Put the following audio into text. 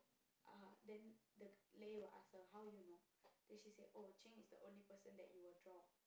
ah then the Lei will ask her how you know then she say oh Jing is the only person that you will draw